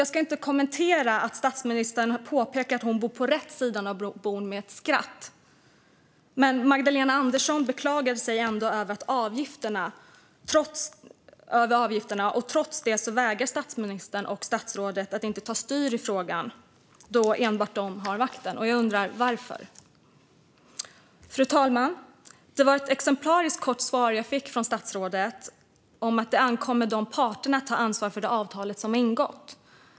Jag ska inte kommentera att statsministern där med ett skratt påpekar att hon bor på rätt sida av bron, men Magdalena Andersson beklagar sig också över avgifterna. Ändå vägrar statsministern och statsrådet att ta styr i frågan trots att de har makten. Jag undrar varför. Fru talman! Det var ett exemplariskt kort svar jag fick från statsrådet om att det ankommer på parterna att ta ansvar för det avtal som ingåtts.